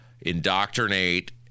indoctrinate